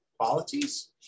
qualities